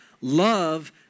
Love